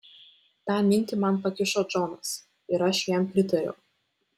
tą minti man pakišo džonas ir aš jam pritariau